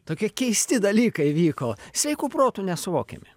tokie keisti dalykai vyko sveiku protu nesuvokiami